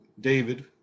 David